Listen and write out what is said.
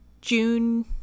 June